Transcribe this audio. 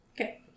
Okay